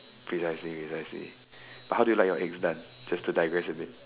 precisely precisely but how do you like your eggs done just to digress a bit